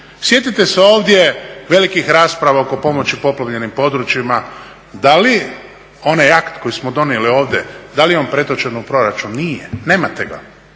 Sjetite se ovdje velikih raspravo oko pomoći poplavljenim područjima da li onaj akt koji smo donijeli ovdje, da li je on pretočen u proračun? Nije, nemate ga.